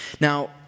Now